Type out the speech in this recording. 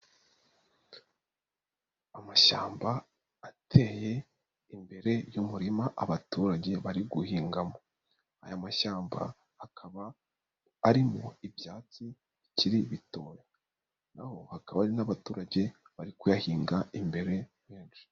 Amashyamba ateye imbere y'umurima abaturage bari guhingamo. Aya mashyamba akaba arimo ibyatsi bikiri bitoya. Na ho hakaba hari n'abaturage bari kuyahinga imbere benshi.